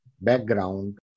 background